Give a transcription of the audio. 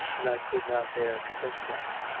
and i could not bear to think that.